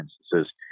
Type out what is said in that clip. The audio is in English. instances